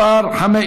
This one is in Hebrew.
אתה צועק עליי?